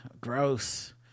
gross